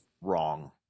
wrong